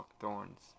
thorns